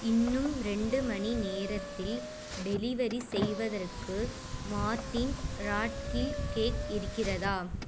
இன்னும் ரெண்டு மணி நேரத்தில் டெலிவெரி செய்வதற்கு மார்டீன் ராட் கில் கேக் இருக்கிறதா